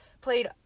played